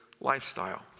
lifestyle